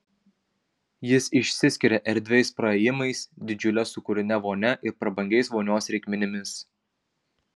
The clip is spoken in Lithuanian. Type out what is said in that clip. jis išsiskiria erdviais praėjimais didžiule sūkurine vonia ir prabangiais vonios reikmenimis